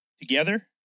together